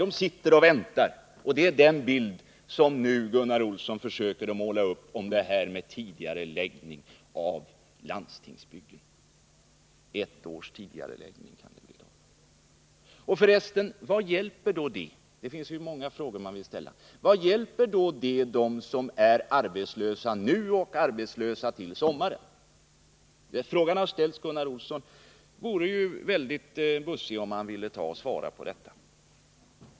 Det är den bild som Gunnar Olsson nu försöker måla upp beträffande detta med ett års tidigareläggning av landstingets byggen. Det finns många frågor att ställa. Vad hjälper detta dem som är arbetslösa nu och till sommaren? Gunnar Olsson vore väldigt bussig om han ville svara på den frågan.